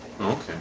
Okay